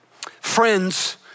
friends